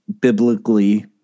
biblically